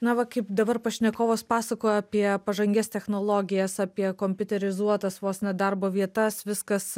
na va kaip dabar pašnekovas pasakoja apie pažangias technologijas apie kompiuterizuotas vos ne darbo vietas viskas